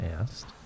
asked